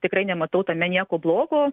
tikrai nematau tame nieko blogo